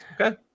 Okay